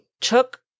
took